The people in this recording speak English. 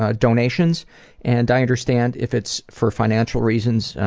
ah donations and i understand if it's for financial reasons,